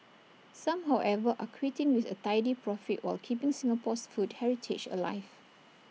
some however are quitting with A tidy profit while keeping Singapore's food heritage alive